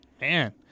Man